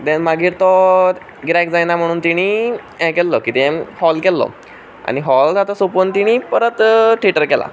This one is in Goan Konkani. मागीर तो गिरायक जायना म्हणून तेणीं हें केल्लो कितें हॉल केल्लो आनी हॉल आतां सोंपोवन तेणीं परत थिएटर केला